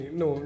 no